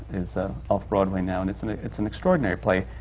is off-broadway now. and it's an ah it's an extraordinary play.